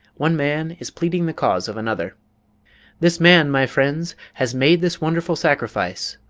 one man is pleading the cause of another this man, my friends, has made this wonderful sacrifice